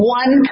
one